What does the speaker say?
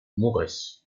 mureș